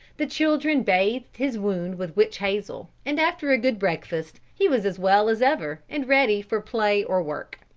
the children bathed his wound with witch hazel, and after a good breakfast, he was as well as ever, and ready for play or work.